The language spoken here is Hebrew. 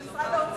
זה משרד האוצר,